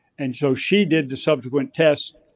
and so she did the subsequent tests,